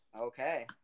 Okay